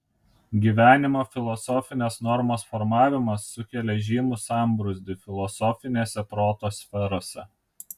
gyvenimo filosofinės normos formavimas sukelia žymų sambrūzdį filosofinėse proto sferose